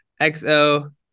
XO